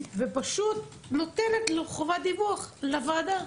ופשוט נותנת לו חובת דיווח לוועדה.